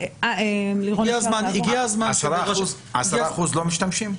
10% לא משתמשים?